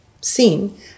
seen